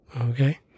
okay